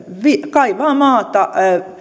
kaivaa maata